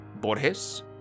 Borges